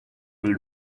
will